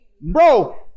bro